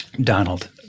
Donald